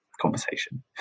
conversation